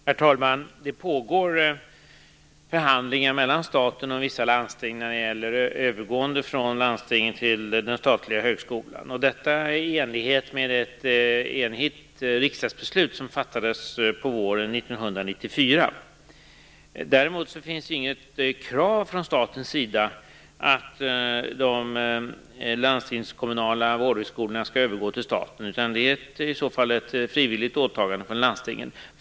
Herr talman! Det pågår förhandlingar mellan staten och vissa landsting när det gäller övergången från landstingen till den statliga högskolan. Detta är i enlighet med ett enigt riksdagsbeslut som fattades på våren 1994. Däremot finns inget krav från statens sida på att de landstingskommunala vårdhögskolorna skall övergå till staten. Det är ett frivilligt åtagande från landstingen.